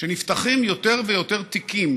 שנפתחים יותר ויותר תיקים